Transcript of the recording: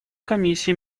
комиссии